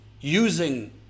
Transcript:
using